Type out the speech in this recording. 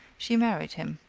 she married him.